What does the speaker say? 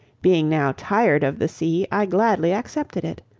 being now tired of the sea i gladly accepted it.